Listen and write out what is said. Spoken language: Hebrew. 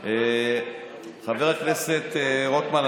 חבר הכנסת רוטמן,